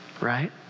right